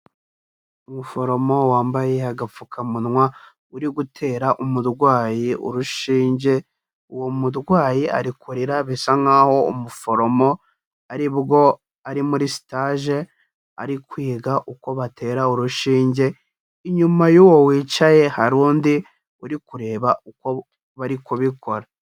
Umuforomo wambaye agapfukamunwa uri gutera umurwayi urushinge, uwo murwayi ari kurira bisa nkaho umuforomo ari bwo ari muri stage ari kwiga uko batera urushinge, inyuma y'uwo wicaye hari undi uri kureba uko bari kubikora.